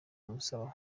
bamusaba